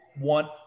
want